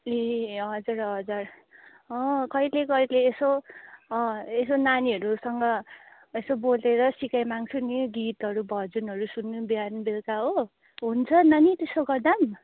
ए हजुर हजुर कहिले कहिले यसो यसो नानीहरूसँग यसो बोलेर सिकाइ माग्छु नि गीतहरू भजनहरू सुन्नु बिहान बेल्कुकी हो हुन्छ नानी त्यसो गर्दा पनि